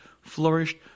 flourished